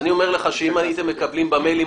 אני אומר לך שאם הייתם מקבלים במיילים